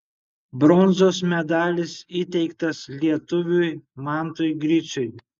bronzos medalis įteiktas lietuviui mantui griciui